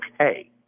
okay